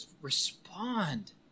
respond